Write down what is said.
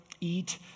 eat